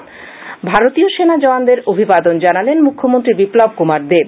মুখ্যমন্ত্রী ভারতীয় সেনা জওয়ানদের অভিবাদন জানালেন মুখ্যমন্ত্রী বিপ্লব কুমার দেব